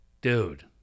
Dude